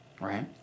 right